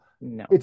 No